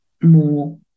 more